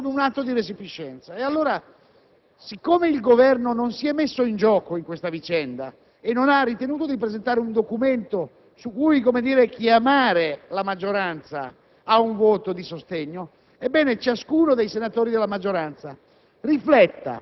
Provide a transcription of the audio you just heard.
un segno di furbizia, come mi suggerisce il collega Biondi, però io voglio interpretarlo come un atto di resipiscenza. E allora, siccome il Governo non si è messo in gioco in questa vicenda e non ha ritenuto di presentare un documento su cui, per così dire, chiamare la maggioranza